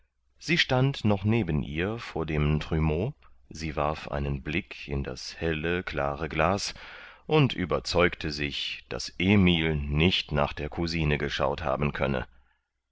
sie stand noch neben ihr vor dem trumeau sie warf einen blick in das helle klare glas und überzeugte sich daß emil nicht nach der cousine geschaut haben könne